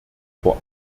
vor